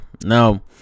Now